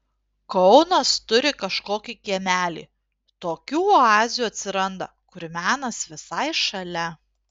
kaunas turi kažkokį kiemelį tokių oazių atsiranda kur menas visai šalia